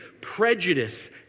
prejudice